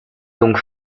donc